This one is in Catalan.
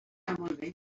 quan